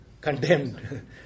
condemned